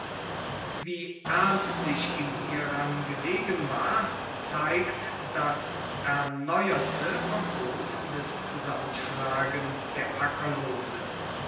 wie ernstlich ihm hieran gelegen war zeigt das erneuerte verbot des zusammenschlagens der